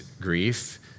grief